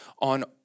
on